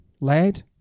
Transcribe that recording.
lad